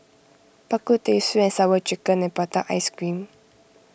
Bak Kut Teh Sweet and Sour Chicken and Prata Ice Cream